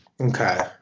Okay